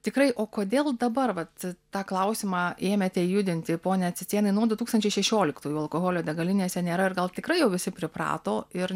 tikrai o kodėl dabar vat tą klausimą ėmėte judinti pone cicėnai nuo du tūkstančiai šešioliktųjų alkoholio degalinėse nėra ir gal tikrai jau visi priprato ir